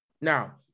Now